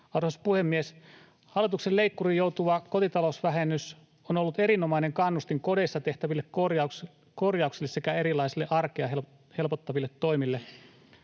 Arvoisa puhemies! Hallituksen leikkuriin joutuva kotitalousvähennys on ollut erinomainen kannustin kodeissa tehtäville korjauksille sekä erilaisille arkea helpottaville toimille.